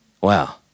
Wow